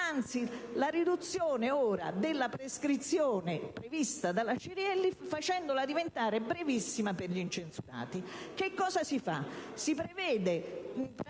nonché la riduzione della prescrizione prevista dalla Cirielli, facendola diventare brevissima per gli incensurati. Che cosa si fa? Si prevede